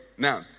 now